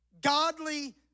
Godly